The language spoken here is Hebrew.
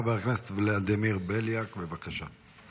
חבר הכנסת ולדימיר בליאק, בבקשה.